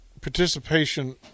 participation